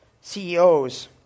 CEOs